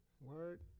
Word